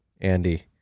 Andy